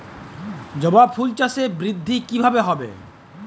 জবা ফুল চাষে বৃদ্ধি কিভাবে হবে?